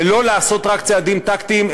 ולא לעשות רק צעדים טקטיים,